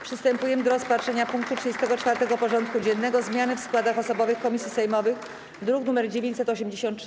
Przystępujemy do rozpatrzenia punktu 34. porządku dziennego: Zmiany w składach osobowych komisji sejmowych (druk nr 983)